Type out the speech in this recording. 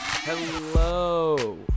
Hello